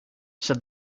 said